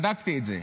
בדקתי את זה,